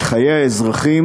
את חיי האזרחים,